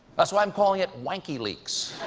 that's why i'm calling it wankyleaks.